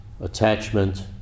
attachment